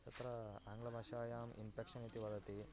तत्र आङ्ग्लभाषायाम् इन्फ़ेक्शन् इति वदति